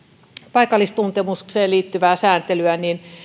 paikallistuntemukseen liittyvään sääntelyyn